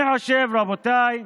אני חושב, רבותיי,